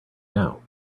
now